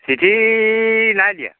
চিঠি নাইদিয়া